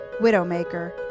Widowmaker